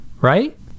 right